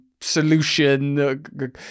solution